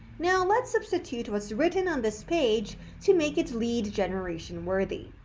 now let's substitute what's written on this page to make it lead generation worthy.